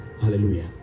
Hallelujah